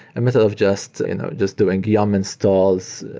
a method of just just doing young um installs,